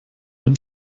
den